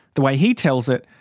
the way he tells it,